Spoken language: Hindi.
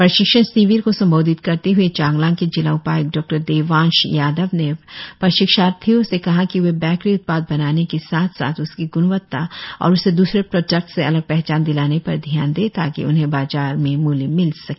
प्रशिक्षण शिविर को संबोधित करते हए चांगलांग के जिला उपाय्क्त डॉ देवांश यादव ने प्रशिक्षार्थियों से कहा कि वे बेकरी उत्पाद बनाने के साथ साथ उसकी ग्णवत्ता और उसे दूसरे प्रोडक्ट से अलग पहचान दिलाने पर ध्यान दे ताकि उन्हें बाजार मूल्य मिल सके